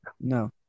No